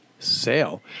Sale